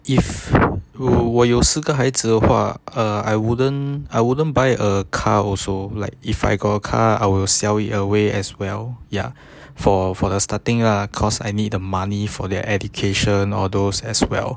if uh 我有四个孩子的话 err I wouldn't I wouldn't buy a car also like if I got car I will sell it away as well ya for for the starting lah cause I need the money for their education or those as well